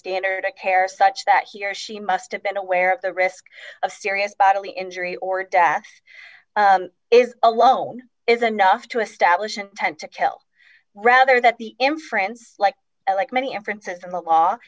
standard of care such that he or she must have been aware of the risk of serious bodily injury or death is alone is enough to establish an intent to kill rather that the in france like it like many in france and from the law